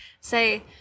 say